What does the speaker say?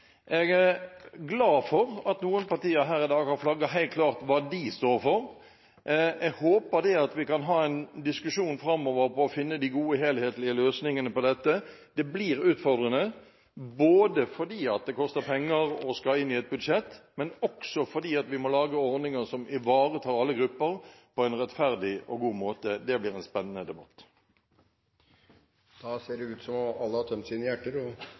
Jeg er glad for at noen partier her i dag har flagget helt klart hva de står for. Jeg håper at vi kan ha en diskusjon framover for å finne de gode, helhetlige løsningene på dette. Det blir utfordrende, både fordi det koster penger og skal inn i et budsjett, og fordi vi må lage ordninger som ivaretar alle grupper på en rettferdig og god måte. Det blir en spennende debatt. Da ser det ut som om alle har tømt sine hjerter!